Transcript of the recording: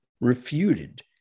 refuted